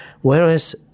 Whereas